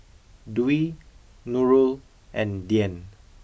Dwi Nurul and Dian